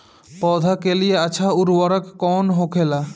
पौधा के लिए अच्छा उर्वरक कउन होखेला?